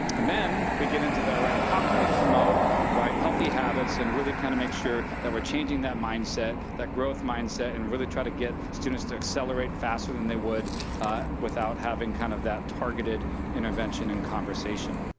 and then we get into the, alright, how can we promote healthy habits and really kind of make sure that we're changing that mindset, that growth mindset, and really try to get students to accelerate faster than they would without having kind of that targeted intervention and conversation.